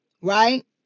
right